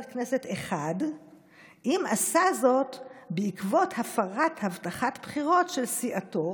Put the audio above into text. כנסת אחד אם עשה זאת בעקבות הפרת הבטחת בחירות של סיעתו,